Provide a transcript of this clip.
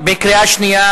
בקריאה שנייה.